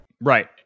Right